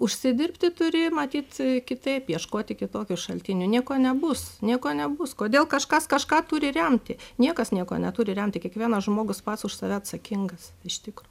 užsidirbti turi matyt kitaip ieškoti kitokių šaltinių nieko nebus nieko nebus kodėl kažkas kažką turi remti niekas nieko neturi remti kiekvienas žmogus pats už save atsakingas iš tikro